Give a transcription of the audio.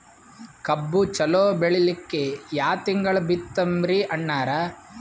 ಕಬ್ಬು ಚಲೋ ಬೆಳಿಲಿಕ್ಕಿ ಯಾ ತಿಂಗಳ ಬಿತ್ತಮ್ರೀ ಅಣ್ಣಾರ?